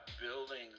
buildings